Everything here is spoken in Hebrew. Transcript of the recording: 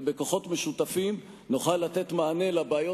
ובכוחות משותפים נוכל לתת מענה לבעיות